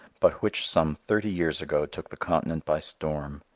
but which some thirty years ago took the continent by storm.